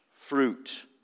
fruit